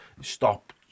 stop